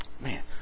Man